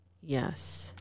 Yes